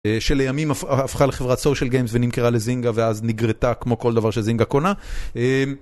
שלימים הפכה לחברת Social Games ונמכרה לזינגה ואז נגרטה כמו כל דבר שזינגה קונה.